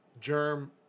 Germ